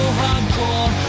hardcore